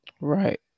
Right